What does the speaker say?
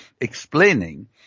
explaining